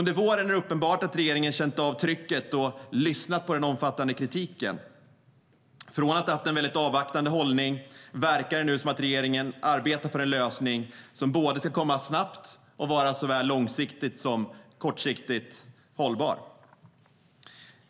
Det är uppenbart att regeringen under våren känt av trycket och lyssnat på den omfattande kritiken. Från att ha haft en väldigt avvaktande hållning verkar det som att regeringen nu arbetar för en lösning som ska komma snabbt och vara såväl kortsiktigt som långsiktigt hållbar.